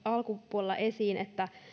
alkupuolella esiin että